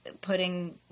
putting